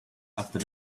after